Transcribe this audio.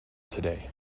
today